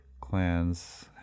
clans